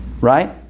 Right